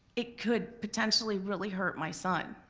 it could, potentially, really hurt my son.